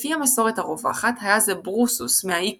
לפי המסורת הרווחת היה זה ברוסוס מהאי